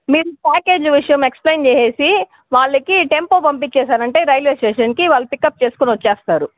మీరు ప్యాకేజ్ విషయం ఎక్స్ప్లెయిన్ చేసేసి వాళ్ళకి టెంపో పంపించేసారంటే రైల్వే స్టేషన్కి వాళ్ళు పికప్ చేసుకొని వచ్చేస్తారు